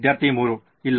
ವಿದ್ಯಾರ್ಥಿ 3 ಇಲ್ಲ